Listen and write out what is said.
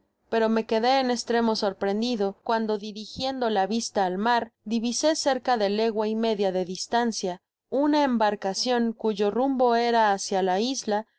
pero me quedé en estreoao sosprendido cuando dirigiendo'la vista al mar divisé cerca de legua y media de distancia una embarcacion cuyo rumbo era hacia la isla